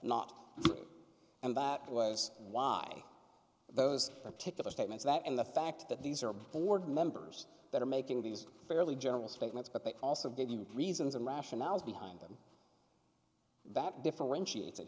not and that was why those particular statements that and the fact that these are board members that are making these fairly general statements but they also did you reasons and rationales behind them that differentiate